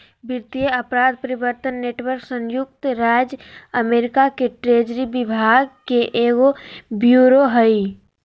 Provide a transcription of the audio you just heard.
वित्तीय अपराध प्रवर्तन नेटवर्क संयुक्त राज्य अमेरिका के ट्रेजरी विभाग के एगो ब्यूरो हइ